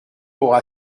aura